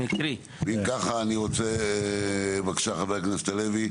אם כך חבר הכנסת הלוי